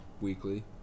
weekly